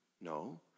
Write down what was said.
No